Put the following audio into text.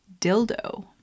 dildo